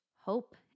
hope